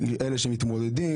אלה שמתמודדים,